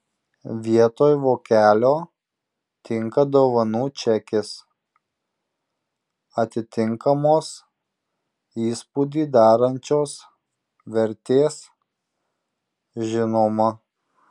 vietoj vokelio tinka dovanų čekis atitinkamos įspūdį darančios vertės žinoma